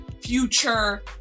future